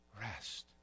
rest